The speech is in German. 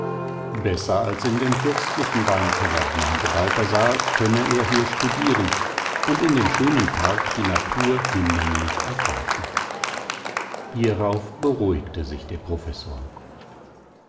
besser als in dem fürstlichen weinkeller meinte balthasar könne er hier studieren und in dem schönen park die natur hinlänglich erforschen hierauf beruhigte sich der professor